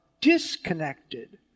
disconnected